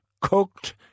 cooked